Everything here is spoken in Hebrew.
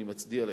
אני מצדיע לך.